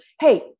Hey